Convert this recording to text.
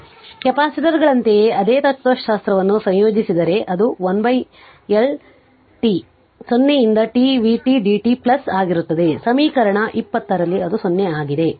ಆದ್ದರಿಂದ ಕೆಪಾಸಿಟರ್ಗಳಂತೆಯೇ ಅದೇ ತತ್ವಶಾಸ್ತ್ರವನ್ನು ಸಂಯೋಜಿಸಿದರೆ ಅದು 1L t 0 ರಿಂದ t vt dt ಪ್ಲಸ್ ಆಗಿರುತ್ತದೆ ಸಮೀಕರಣ 20ರಲ್ಲಿ ಅದು 0 ಆಗಿದೆ